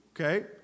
okay